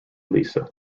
lisa